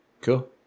cool